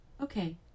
Okay